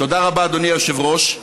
תודה רבה, אדוני היושב-ראש.